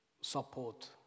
support